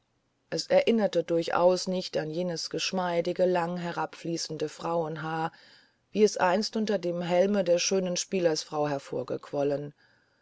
es erinnerte durchaus nicht an jenes geschmeidige lang herabfließende frauenhaar wie es einst unter dem helme der schönen